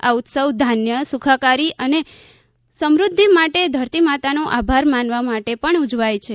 આ ઉત્સવ ધાન્ય સુખાકારી અને સમૃદ્ધિ માટે ધરતીમાતાનો આભાર માનવા માટે પણ ઉજવાય છે